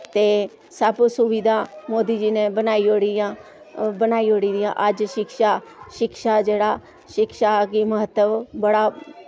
ते सब सुविधा मोदी जी नै बनाई ओड़ियां बनाई ओड़ी दियां अज्ज शिक्षा शिक्षा जेह्ड़ा शिक्षा गी महत्तव बड़ा